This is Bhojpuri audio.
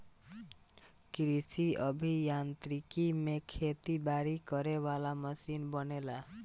कृषि अभि यांत्रिकी में खेती बारी करे वाला मशीन बनेला